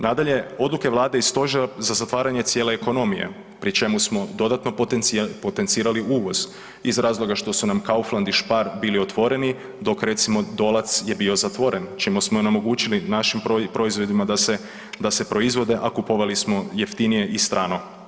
Nadalje, odluke Vlade i stožer za zatvaranje cijele ekonomije pri čemu smo dodatno potencirali uvoz iz razloga što su nam Kauflad i Spar bili otvoreni dok recimo Dolac je bio zatvoren čemu smo onemogućili našim proizvodima da se proizvode, a kupovali smo jeftinije i strano.